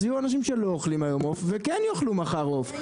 אז יהיו אנשים שלא אוכלים היום עוף וכן יאכלו מחר עוף.